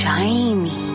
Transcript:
Shiny